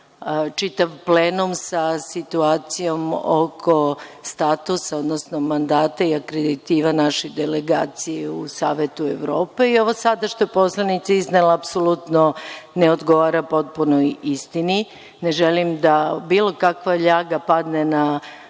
čitav plenum sa situacijom oko statusa, odnosno mandata i akreditiva naše delegacije u Savetu Evrope. Ovo sada što je poslanica iznela apsolutno ne odgovara potpunoj istini. Ne želim da bilo kakva ljaga padne na